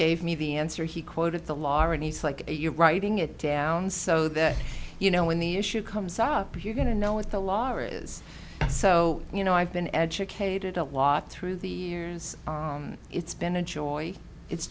gave me the answer he quoted the law reads like you're writing it down so that you know when the issue comes up you're going to no it's the law is so you know i've been educated a lot through the years it's been a joy it's